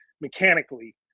mechanically